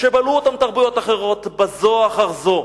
שבלעו אותן תרבויות אחרות בזו אחר זו.